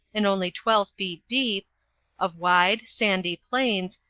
and only twelve feet deep of wide, sandy plains,